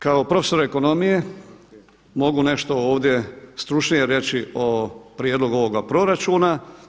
Kao profesor ekonomije mogu nešto ovdje stručnije reći o prijedlogu ovoga proračuna.